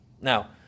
Now